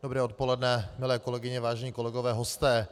Dobré odpoledne, milé kolegyně, vážení kolegové, hosté.